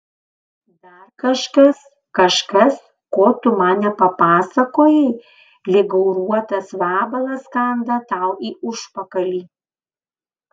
dar kažkas kažkas ko tu man nepapasakojai lyg gauruotas vabalas kanda tau į užpakalį